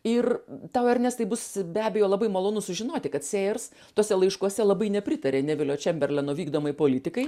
ir tau ernestai bus be abejo labai malonu sužinoti kad sėjers tuose laiškuose labai nepritaria nevilio čemberleno vykdomai politikai